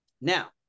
Now